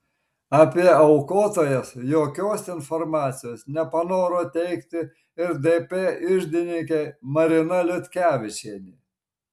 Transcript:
apie aukotojas jokios informacijos nepanoro teikti ir dp iždininkė marina liutkevičienė